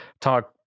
talk